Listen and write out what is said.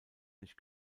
nicht